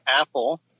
Apple